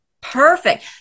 Perfect